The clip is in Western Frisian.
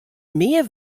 mear